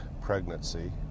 pregnancy